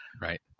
Right